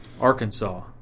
Arkansas